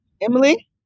Emily